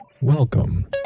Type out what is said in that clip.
Welcome